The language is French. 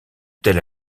telle